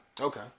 Okay